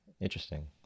Interesting